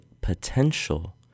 potential